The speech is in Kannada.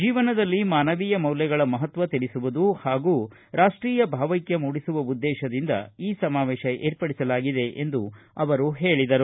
ಜೀವನದಲ್ಲಿ ಮಾನವೀಯ ಮೌಲ್ಯಗಳ ಮಹತ್ವ ತಿಳಿಸುವುದು ಹಾಗೂ ರಾಷ್ಟೀಯ ಭಾವೈಕ್ಯತೆ ಮೂಡಿಸುವ ಉದ್ದೇಶದಿಂದ ಈ ಸಮಾವೇಶ ಏರ್ಪಡಿಸಲಾಗಿದೆ ಎಂದು ಅವರು ಹೇಳಿದರು